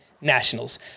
Nationals